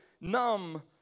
numb